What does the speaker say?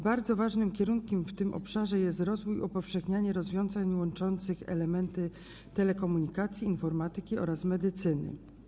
Bardzo ważnym kierunkiem w tym obszarze jest rozwój i upowszechnianie rozwiązań łączących elementy telekomunikacji, informatyki oraz medycyny.